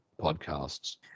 podcasts